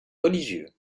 religieux